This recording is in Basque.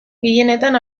gehienetan